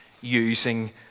using